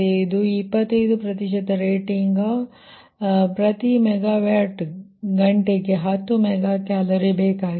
ಇದು 25 ಪ್ರತಿಶತದಷ್ಟು ರೇಟಿಂಗ್ ಇದು ಪ್ರತಿ ಮೆಗಾ ವ್ಯಾಟ್ ಗಂಟೆಗೆ ಹತ್ತು ಮೆಗಾ ಕ್ಯಾಲೋರಿ ಬೇಕಾಗಿದೆ